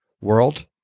world